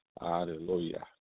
Hallelujah